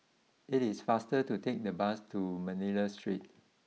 it is faster to take the bus to Manila Street